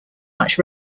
much